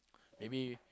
maybe